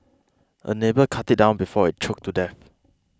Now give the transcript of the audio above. a neighbour cut it down before it choked to death